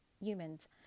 humans